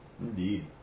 Indeed